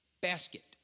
Basket